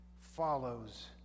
follows